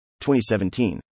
2017